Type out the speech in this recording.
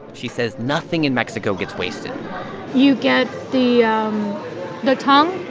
she says nothing in mexico gets wasted you get the you know tongue